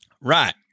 Right